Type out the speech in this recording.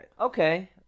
Okay